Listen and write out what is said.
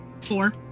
Four